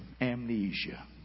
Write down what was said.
amnesia